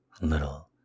little